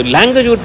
Language